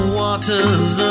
waters